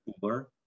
cooler